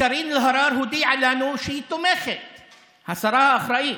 קארין אלהרר, השרה האחראית,